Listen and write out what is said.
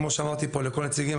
כמו שאמרתי פה לכל הנציגים,